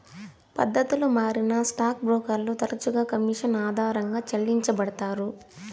పద్దతులు మారినా స్టాక్ బ్రోకర్లు తరచుగా కమిషన్ ఆధారంగా చెల్లించబడతారు